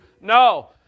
No